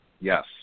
Yes